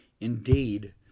indeed